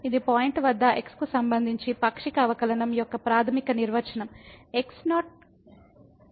ఇది పాయింట్ వద్ద x కు సంబంధించి పాక్షిక అవకలనం యొక్క ప్రాథమిక నిర్వచనం x0 y0